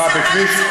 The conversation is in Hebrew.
מתקפות טרור ערביות.